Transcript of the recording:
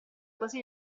così